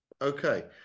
okay